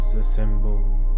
assemble